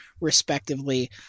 respectively